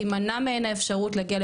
תמנע מהם האפשרות להגיע,